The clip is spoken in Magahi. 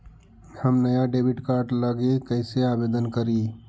हम नया डेबिट कार्ड लागी कईसे आवेदन करी?